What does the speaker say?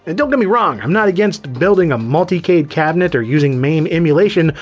and don't get me wrong, i'm not against building a multicade cabinet or using mame emulation,